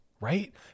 right